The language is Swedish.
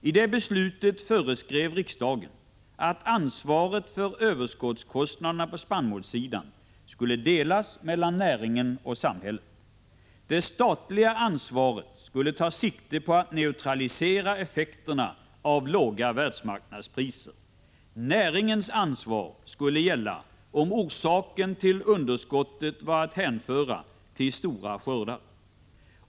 I det beslutet föreskrev riksdagen att ansvaret för överskottskostnaderna på spannmålssidan skulle delas mellan näringen och samhället. Det statliga ansvaret skulle ta sikte på att neutralisera effekterna av låga världsmarknadspriser. Näringens ansvar skulle gälla om orsaken till underskottet var att hänföra till stora skördar.